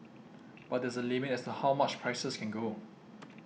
but there's a limit as how much prices can go